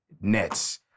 Nets